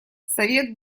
совет